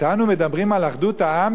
אתנו מדברים על אחדות העם,